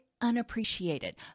unappreciated